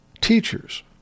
teachers